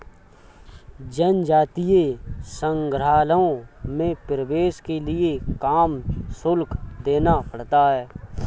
जनजातीय संग्रहालयों में प्रवेश के लिए काम शुल्क देना पड़ता है